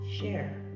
share